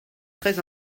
très